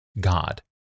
God